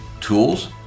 tools